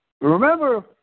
remember